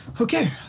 Okay